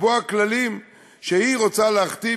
לקבוע כללים שהיא רוצה להכתיב,